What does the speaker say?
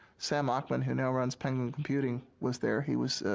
sam ockman who now runs penguin computing was there. he was ah.